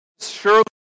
surely